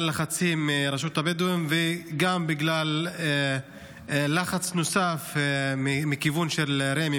הלחצים מרשות הבדואים וגם בגלל לחץ נוסף מהכיוון של רמ"י,